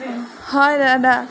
হয় দাদা